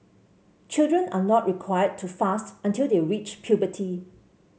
children are not required to fast until they reach puberty